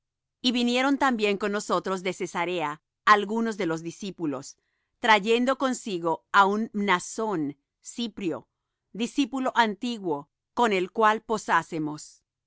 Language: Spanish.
y vinieron también con nosotros de cesarea algunos de los discípulos trayendo consigo á un mnasón cyprio discípulo antiguo con el cual